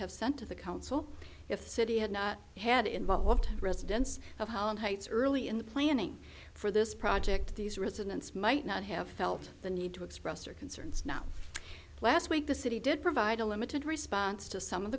have sent to the council if the city had not had involved residents of holland heights early in the planning for this project these residents might not have felt the need to express their concerns now last week the city did provide a limited response to some of